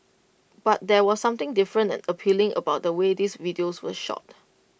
but there was something different and appealing about the way these videos were shot